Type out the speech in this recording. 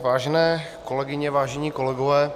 Vážené kolegyně, vážení kolegové